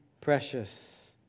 precious